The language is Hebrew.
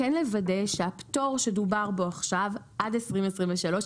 כן לוודא שהפטור שדובר בו עכשיו עד 2023,